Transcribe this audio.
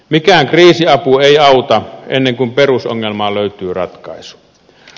mikään kriisiapu ei auta ennen kuin perusongelmaan löytyy ratkaisu